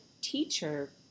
teacher